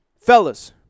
Fellas